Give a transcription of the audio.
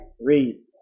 Read